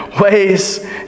ways